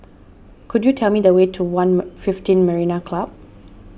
could you tell me the way to one fifteen Marina Club